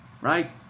Right